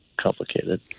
complicated